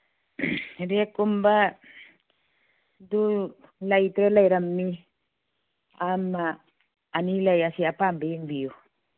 ꯔꯦꯛꯀꯨꯝꯕꯗꯨ ꯂꯩꯇ꯭ꯔꯦ ꯂꯩꯔꯝꯃꯤ ꯑꯃ ꯑꯅꯤ ꯂꯩ ꯑꯁꯤ ꯑꯄꯥꯝꯕ ꯌꯦꯡꯕꯤꯌꯨ